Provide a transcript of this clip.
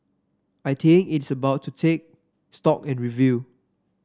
I think it's about to take stock and review